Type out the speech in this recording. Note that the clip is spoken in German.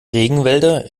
regenwälder